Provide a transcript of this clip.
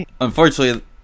unfortunately